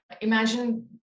imagine